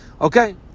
Okay